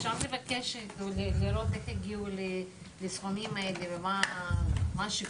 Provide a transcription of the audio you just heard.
אפשר לבקש לראות איך הגיעו לסכומים האלה ומה השיקולים?